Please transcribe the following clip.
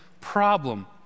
problem